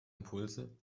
impulse